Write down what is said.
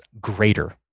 greater